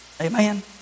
Amen